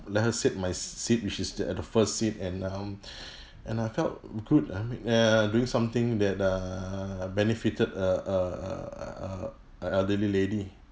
let her sit my seat which is the at the first seat and um and I felt good I mean err doing something that err benefited uh uh uh uh uh a elderly lady